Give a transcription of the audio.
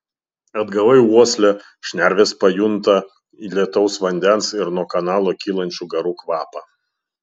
atgavai uoslę šnervės pajunta lietaus vandens ir nuo kanalo kylančių garų kvapą